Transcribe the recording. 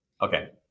Okay